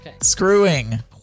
Screwing